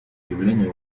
явление